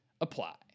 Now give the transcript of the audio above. apply